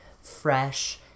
fresh